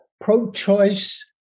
pro-choice